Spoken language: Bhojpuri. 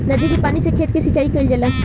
नदी के पानी से खेत के सिंचाई कईल जाला